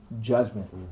Judgment